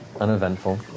Uneventful